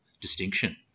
distinction